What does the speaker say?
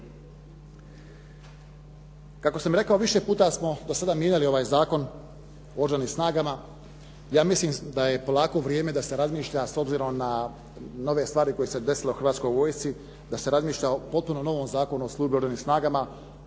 Kako sam rekao više puta smo do sada mijenjali ovaj Zakon o oružanim snagama ja mislim da je polako vrijeme da se razmišlja s obzirom na nove stvari koje su se desile u Hrvatskoj vojsci, da se razmišlja o potpuno novom zakonu o službi u oružanim snagama.